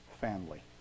family